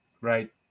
right